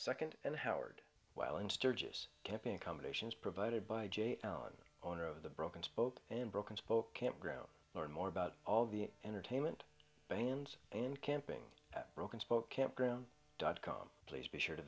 second and howard while in sturgis camping accommodations provided by jay towne owner of the broken spoke in broken spoke campground learn more about all the entertainment bands and camping at broken spoke campground dot com please be sure to